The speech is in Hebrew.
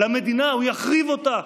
למדינה הוא יחריב אותה,